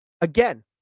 Again